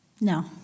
No